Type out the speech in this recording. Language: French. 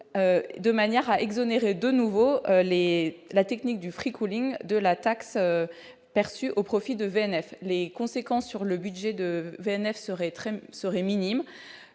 de manière à exonérer de nouveau la technique du de la taxe perçue au profit de VNF. Les conséquences sur le budget de l'établissement seraient minimes.